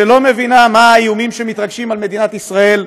שלא מבינה מה האיומים שמתרגשים על מדינת ישראל,